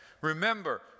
Remember